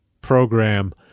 program